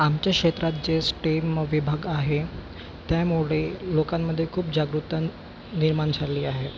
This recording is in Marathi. आमच्या क्षेत्रात जे स्टेम विभाग आहे त्यामुळे लोकांमध्ये खूप जागरूकता निर्माण झाली आहे